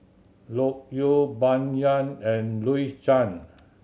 Loke Yew Bai Yan and Louis Chen